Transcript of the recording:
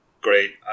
great